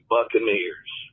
Buccaneers